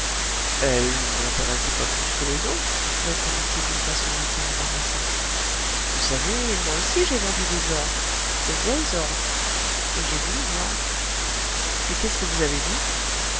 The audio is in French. elle ne m'intéressait pas plus que les autres répondit-il d'une façon assez embarrassée vous savez moi aussi j'ai vendu des orgues de vieilles orgues et j'ai voulu voir et qu'est-ce que vous avez vu